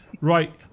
Right